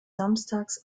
samstags